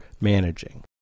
managing